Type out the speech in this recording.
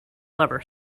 lover